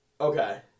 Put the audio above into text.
Okay